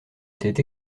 étaient